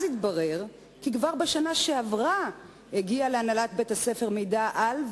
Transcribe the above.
אז התברר כי כבר בשנה שעברה הגיע להנהלת בית-הספר מידע על,